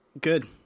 good